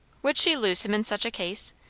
would she lose him in such a case?